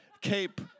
cape